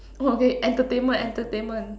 oh okay entertainment entertainment